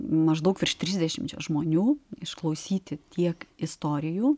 maždaug virš trisdešimčia žmonių išklausyti tiek istorijų